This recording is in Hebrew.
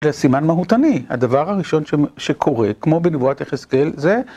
זה סימן מהותני, הדבר הראשון שקורה, כמו בנבואת יחזקאל, זה